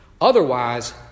Otherwise